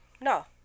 No